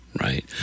Right